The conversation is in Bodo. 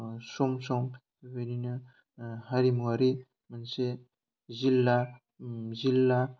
सम सम बेबायदिनो हारिमुवारि मोनसे जिल्ला जिल्ला